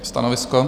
Stanovisko?